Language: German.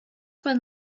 man